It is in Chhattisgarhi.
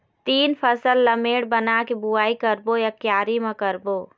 तील फसल ला मेड़ बना के बुआई करबो या क्यारी म करबो?